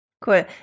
Cool